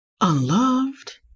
unloved